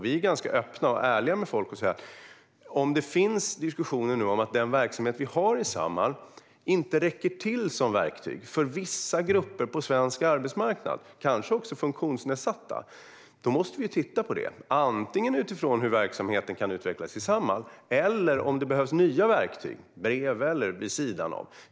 Vi är ganska öppna och ärliga med folk och säger att om det nu finns diskussioner om att den verksamhet som vi har i Samhall inte räcker till som verktyg för vissa grupper på svensk arbetsmarknad, kanske också funktionsnedsatta, då måste vi titta på det, antingen utifrån hur verksamheten kan utvecklas i Samhall eller utifrån om det behövs nya verktyg bredvid eller vid sidan av.